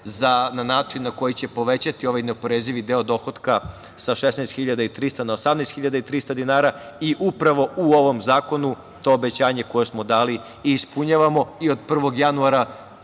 na način na koji će povećati ovaj neoporezivi deo dohotka sa 16.300 na 18.300 dinara i upravo u ovom zakonu to obećanje koje smo dali i ispunjavamo i od 1. januara